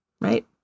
Right